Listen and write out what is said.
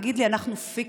תגיד לי, אנחנו פיקציה?